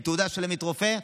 עם תעודה של עמית רופא.